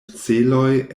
celoj